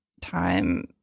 time